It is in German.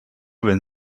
wenn